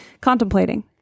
contemplating